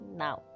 now